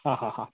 ಹಾಂ ಹಾಂ ಹಾಂ